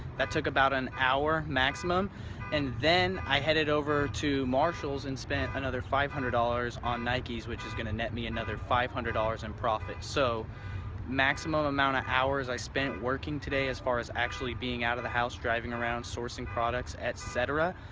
that took about an hour maximum and then i headed over to marshalls and spent another five hundred dollars on nike's which is going to net me another five hundred dollars in profits. so maximum amount of hours i spent working today, as far as actually being out of the house driving around sourcing products etc,